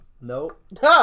Nope